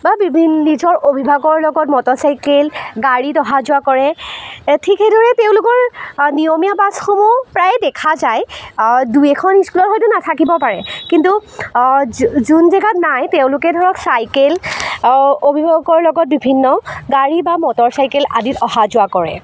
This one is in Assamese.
বা বিভিন্ন নিজৰ অভিভাৱকৰ লগত মটৰ চাইকেল গাড়ীত অহা যোৱা কৰে ঠিক সেইদৰে তেওঁলোকৰ নিয়মীয়া বাছসমূহ প্ৰায় দেখা যায় দুই এখন স্কুলৰ হয়তো নাথাকিব পাৰে কিন্তু যোন জেগাত নাই তেওঁলোকে ধৰক চাইকেল অভিভাৱকৰ লগত বিভিন্ন গাড়ী বা মটৰ চাইকেল আদিত অহা যোৱা কৰে